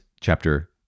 chapter